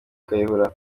kayihura